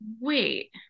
Wait